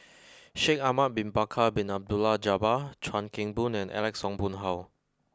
Shaikh Ahmad Bin Bakar Bin Abdullah Jabbar Chuan Keng Boon and Alex Ong Boon Hau